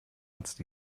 jetzt